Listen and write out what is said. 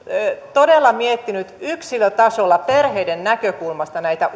todella miettinyt yksilötasolla perheiden näkökulmasta näitä